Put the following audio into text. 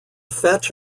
fetch